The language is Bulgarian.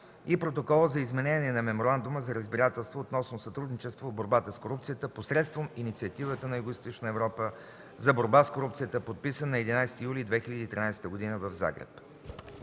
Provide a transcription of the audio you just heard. и Протокола за изменение на Меморандума за разбирателство относно сътрудничество в борбата с корупцията посредством Инициативата на Югоизточна Европа за борба с корупцията, подписан на 11 юли 2013 г. в Загреб.”